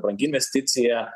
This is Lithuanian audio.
brangi investicija